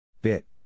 Bit